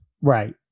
Right